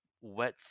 wet